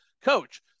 coach